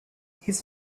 his